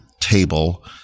Table